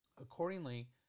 Accordingly